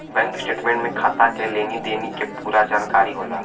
bank statement में खाता के लेनी देनी के पूरा जानकारी होला